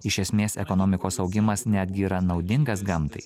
iš esmės ekonomikos augimas netgi yra naudingas gamtai